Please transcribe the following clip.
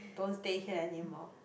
don't stay here anymore